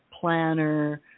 planner